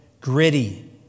gritty